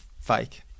Fake